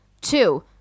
two